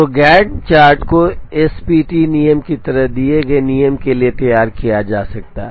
तो Gantt chart को SPT नियम की तरह दिए गए नियम के लिए तैयार किया जा सकता है